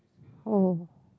oh